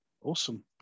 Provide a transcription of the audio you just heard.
awesome